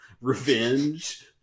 revenge